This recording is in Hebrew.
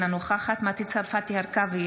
אינה נוכחת מטי צרפתי הרכבי,